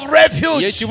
refuge